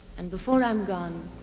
and before i'm gone,